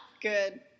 good